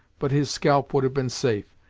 but his scalp would have been safe,